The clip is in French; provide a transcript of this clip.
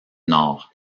nord